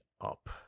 up